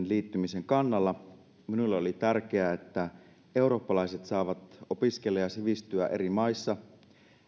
liittymisen kannalla minulle oli tärkeää että eurooppalaiset saavat opiskella ja sivistyä eri maissa